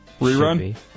Rerun